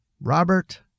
Robert